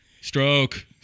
stroke